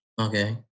Okay